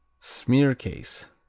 Smearcase